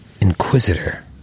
Inquisitor